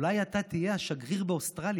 אולי אתה תהיה השגריר באוסטרליה.